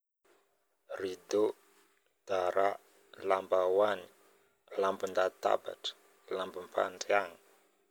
ridô, dara, lambahoany, lambandatabatra, lambampadriagna